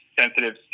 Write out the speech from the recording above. sensitive